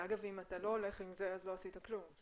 שאגב אם אתה לא הולך עם זה, לא עשית כלום.